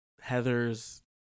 Heather's